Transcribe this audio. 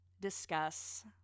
discuss